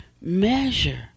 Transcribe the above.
measure